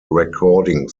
recording